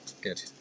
Good